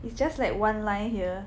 then it's just like one line here